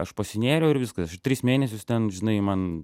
aš pasinėriau ir viskas aš tris mėnesius ten žinai man